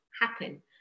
happen